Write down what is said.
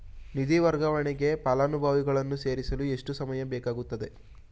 ನಿಧಿ ವರ್ಗಾವಣೆಗೆ ಫಲಾನುಭವಿಗಳನ್ನು ಸೇರಿಸಲು ಎಷ್ಟು ಸಮಯ ಬೇಕಾಗುತ್ತದೆ?